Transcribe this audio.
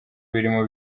birimo